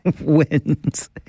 wins